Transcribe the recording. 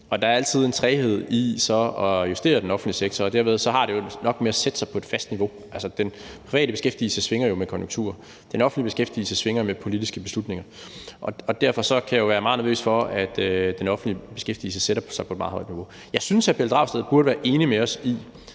der er altid en træghed i så at justere den offentlige sektor. Og derved har det det jo nok med at sætte sig på et fast niveau. Den private beskæftigelse svinger jo med konjunkturerne, den offentlige beskæftigelse svinger med politiske beslutninger. Derfor kan jeg være meget nervøs for, at den offentlige beskæftigelse sætter sig på et meget højt niveau. Jeg synes, hr. Pelle Dragsted burde være enig med os i,